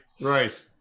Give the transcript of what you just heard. Right